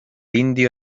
indio